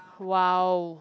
!wow!